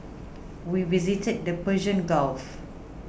we visited the Persian Gulf